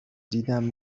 دیدم